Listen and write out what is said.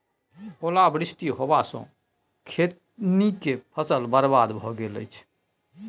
ओला वृष्टी होबा स खैनी के फसल बर्बाद भ गेल अछि?